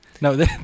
No